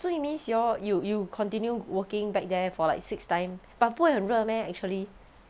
so it means you all you you continue working back there for like six time but 不会很热 meh actually